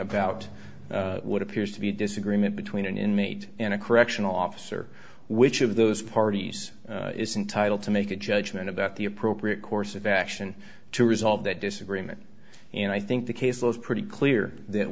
about what appears to be a disagreement between an inmate and a correctional officer which of those parties is entitle to make a judgment about the appropriate course of action to resolve that disagreement and i think the case law is pretty clear that